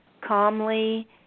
calmly